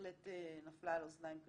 בהחלט נפלה על אוזניים קשובות,